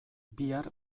bihar